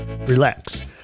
relax